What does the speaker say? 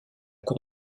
cour